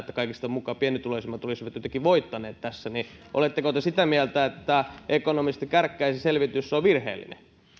siihen että muka kaikista pienituloisimmat olisivat jotenkin voittaneet tässä oletteko te sitä mieltä että ekonomisti kärkkäisen selvitys on virheellinen